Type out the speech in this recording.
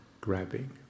grabbing